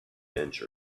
inch